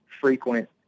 frequent